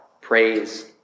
Praise